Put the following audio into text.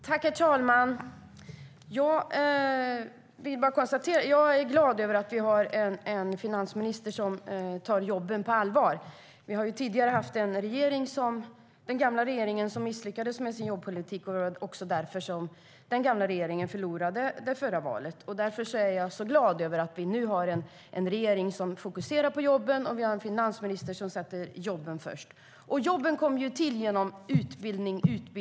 Herr talman! Jag är glad över att vi har en finansminister som tar jobben på allvar. Den gamla regeringen misslyckades med sin jobbpolitik, och därför förlorade de valet. Jag är glad över att vi nu har en regering som fokuserar på jobben och en finansminister som sätter jobben först. Jobb kommer till genom utbildning.